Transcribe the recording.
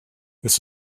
this